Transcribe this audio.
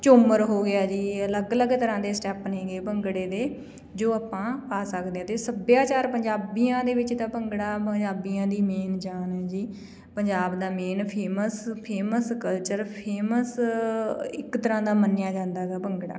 ਝੂਮਰ ਹੋ ਗਿਆ ਜੀ ਅਲੱਗ ਅਲੱਗ ਤਰ੍ਹਾਂ ਦੇ ਸਟੈਪ ਨੇਗੇ ਭੰਗੜੇ ਦੇ ਜੋ ਆਪਾਂ ਪਾ ਸਕਦੇ ਹਾਂ ਅਤੇ ਸੱਭਿਆਚਾਰ ਪੰਜਾਬੀਆਂ ਦੇ ਵਿੱਚ ਤਾਂ ਭੰਗੜਾ ਪੰਜਾਬੀਆਂ ਦੀ ਮੇਨ ਜਾਨ ਹੈ ਜੀ ਪੰਜਾਬ ਦਾ main famous famous culture famous ਇੱਕ ਤਰ੍ਹਾਂ ਦਾ ਮੰਨਿਆ ਜਾਂਦਾ ਹੈਗਾ ਭੰਗੜਾ